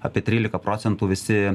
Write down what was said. apie trylika procentų visi